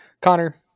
Connor